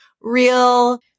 real